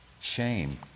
Shame